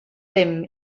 ddim